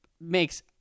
makes